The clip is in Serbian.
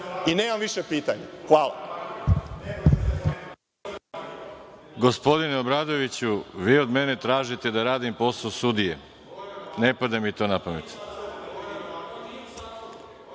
i nemam više pitanja. Hvala.